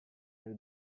del